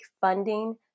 funding